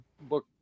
book